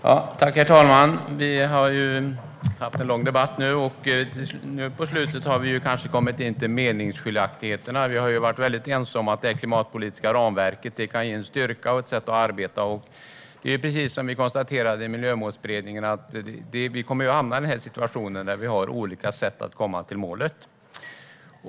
Ett klimatpolitiskt ramverk för Sverige Herr talman! Vi har haft en lång debatt, och mot slutet har vi kanske kommit till meningsskiljaktigheterna. Vi har ju varit väldigt ense om att det klimatpolitiska ramverket kan ge en styrka och ett sätt att arbeta, och precis som vi konstaterade i Miljömålsberedningen kommer vi att hamna i den här situationen när vi har olika sätt att komma till målet.